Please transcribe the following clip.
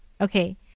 Okay